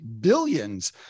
billions